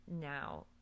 now